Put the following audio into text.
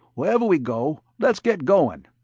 wherever we go, let's get going.